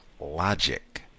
logic